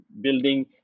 building